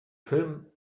film